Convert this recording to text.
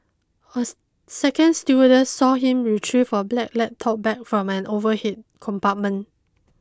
a second stewardess saw him retrieve a black laptop bag from an overhead compartment